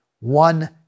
one